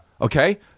Okay